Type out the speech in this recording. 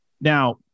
Now